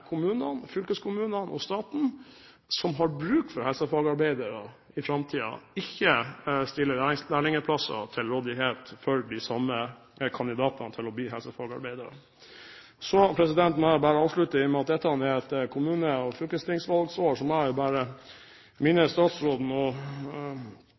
kommunene, fylkeskommunene og staten, som har bruk for helsefagarbeidere i framtiden, ikke stiller lærlingplasser til rådighet for de samme kandidatene til å bli helsefagarbeidere. Så må jeg bare avslutte med, i og med at dette er et kommune- og